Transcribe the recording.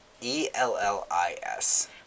e-l-l-i-s